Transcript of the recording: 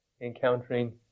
encountering